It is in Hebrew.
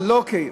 אבל לא כן,